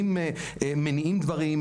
מניעים דברים,